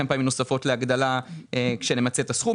פעמים נוספות להגדלה כשנמצה את הסכום.